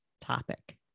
topic